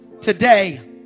Today